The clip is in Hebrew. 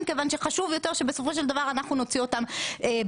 כיוון שחשוב יותר בסופו של דבר שאנחנו נוציא אותם בעצמנו".